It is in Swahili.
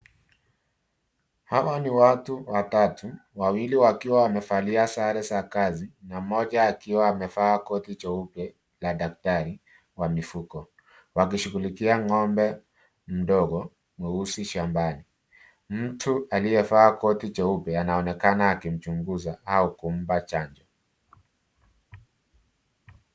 Hawa ni watu watatu, wawili wakiwa wamevalia sare za kazi, na mmoja akiwa amevaa koti jeupe, la dakatri, wa mifugo, wakishughulikia ng'ombe, mdogo mweusi shambani. Mtu aliyevaa koti jeupe, anaonekana akimchunguza, au kumpa chanjo.